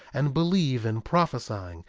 and believe in prophesying,